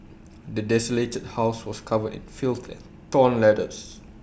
the desolated house was covered in filth and torn letters